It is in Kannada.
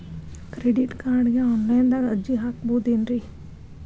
ಕ್ರೆಡಿಟ್ ಕಾರ್ಡ್ಗೆ ಆನ್ಲೈನ್ ದಾಗ ಅರ್ಜಿ ಹಾಕ್ಬಹುದೇನ್ರಿ?